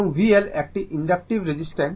এবং VL এটি inductive reactance